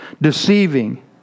deceiving